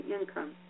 income